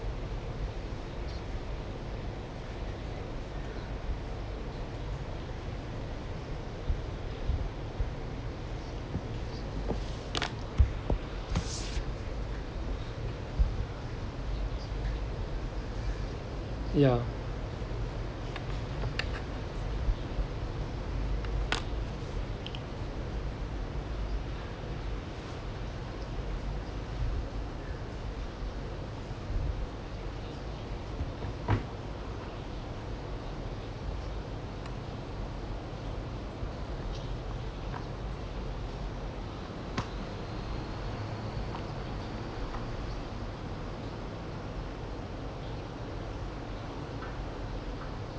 ya